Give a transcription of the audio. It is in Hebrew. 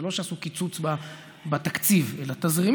זה לא שעשו קיצוץ בתקציב אלא תזרימית,